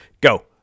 go